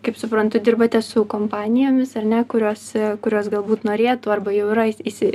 kaip suprantu dirbate su kompanijomis ar ne kuriuose kurios galbūt norėtų arba jau yra įsi